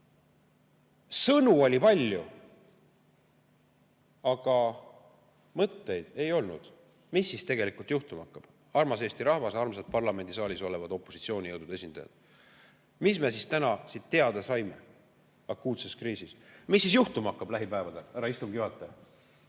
sõnu oli palju, aga mõtteid ei olnud. Mis siis tegelikult juhtuma hakkab? Armas Eesti rahvas! Armsad parlamendisaalis olevad opositsioonijõudude esindajad! Mis me siis täna teada saime selles akuutses kriisis? Mis siis juhtuma hakkab lähipäevadel, härra istungi juhataja?